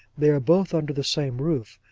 they are both under the same roof,